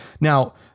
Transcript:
Now